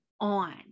On